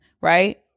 right